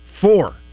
four